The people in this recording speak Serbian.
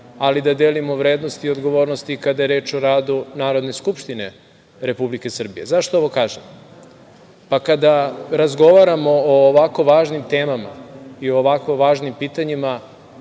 ali da delimo vrednosti i odgovornosti i kada je reč o radu Narodne skupštine Republike Srbije. Zašto ovo kažem? Kada razgovaramo o ovako važnim temama i o ovako važnim pitanjima,